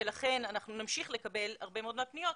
ולכן אנחנו נמשיך לקבל הרבה מאוד מהפניות.